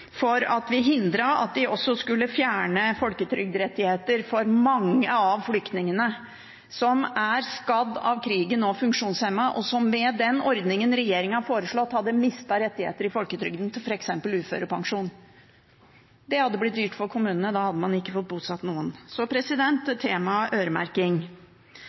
for at vi hindret fjerning av folketrygdrettigheter for mange av flyktningene, som er skadd av krigen og funksjonshemmede, som med den ordningen regjeringen hadde foreslått, hadde mistet rettigheter i folketrygden til f.eks. uførepensjon. Det hadde blitt dyrt for kommunene, og da hadde man ikke fått bosatt noen. Så til temaet øremerking,